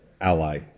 ally